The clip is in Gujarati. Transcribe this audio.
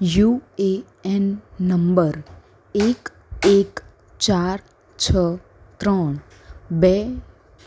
યુ એ એન નંબર એક એક ચાર છ ત્રણ બે